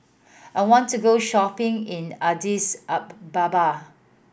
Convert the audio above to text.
I want to go shopping in Addis Ababa